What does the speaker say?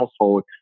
household